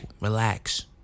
Relax